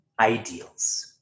Ideals